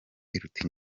iruta